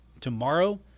tomorrow